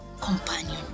companion